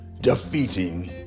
defeating